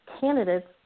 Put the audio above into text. candidates